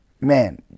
Man